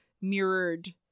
mirrored